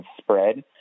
spread